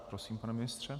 Prosím, pane ministře.